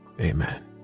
amen